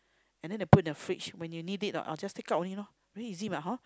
and then they put the fridge when you need it ah just take out only lor very easy mah hor